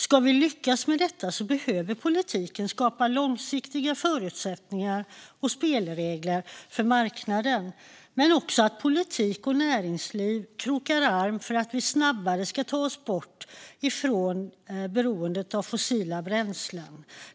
Om vi ska lyckas med detta behöver politiken skapa långsiktiga förutsättningar och spelregler för marknaden, men politiken och näringslivet behöver också kroka arm för att vi snabbare ska ta oss bort från beroendet av fossila bränslen.